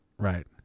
Right